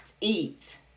eat